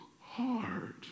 hard